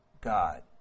God